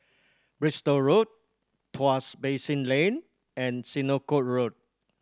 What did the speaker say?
Bristol Road Tuas Basin Lane and Senoko Road